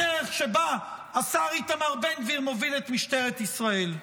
בדרך שבה השר איתמר בן גביר מוביל את משטרת ישראל.